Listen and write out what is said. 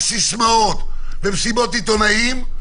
צריכה להיות תוכנית ולא רק סיסמאות ומסיבות עיתונאים,